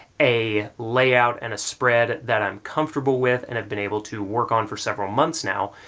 a layout and a spread that i'm comfortable with, and have been able to work on for several months now,